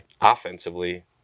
Offensively